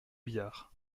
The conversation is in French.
biard